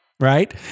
Right